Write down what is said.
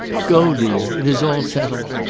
go, dear! it is all settled.